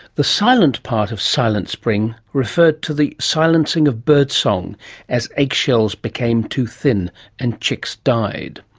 the silent part of silent spring referred to the silencing of bird song as eggshells became too thin and chicks died.